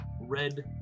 red